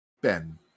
Ben